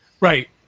Right